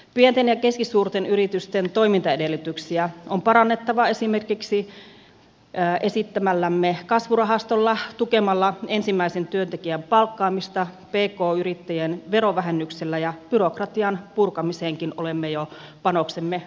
pienten ja keskisuurten yritysten toimintaedellytyksiä on parannettava esimerkiksi esittämällämme kasvurahastolla tukemalla ensimmäisen työntekijän palkkaamista pk yrittäjien verovähennyksellä ja byrokratian purkamiseenkin olemme jo panoksemme antaneet